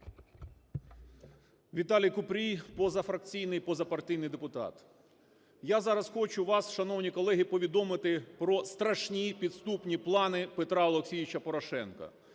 Віталій Купрій, позафракційний, позапартійний депутат. Я зараз хочу вас, шановні колеги, повідомити про страшні підступні плани Петра Олексійовича Порошенка,